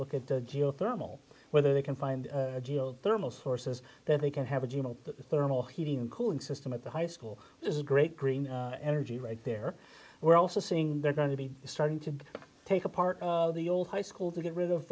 look at the geothermal whether they can find geothermal sources that they can have a thermal heating and cooling system at the high school is a great green energy right there we're also seeing they're going to be starting to take apart the old high school to get rid of